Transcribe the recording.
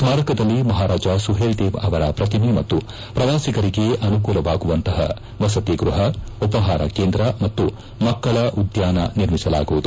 ಸ್ನಾರಕದಲ್ಲಿ ಮಹಾರಾಜ ಸುಹೇಲ್ದೇವ್ ಅವರ ಪ್ರತಿಮೆ ಮತ್ತು ಪ್ರವಾಸಿಗರಿಗೆ ಅನುಕೂಲವಾಗುವಂತಹ ವಸತಿ ಗೃಹ ಉಪಹಾರ ಕೇಂದ್ರ ಮತ್ತು ಮಕ್ಕಳ ಉದ್ಲಾನ ನಿರ್ಮಿಸಲಾಗುವುದು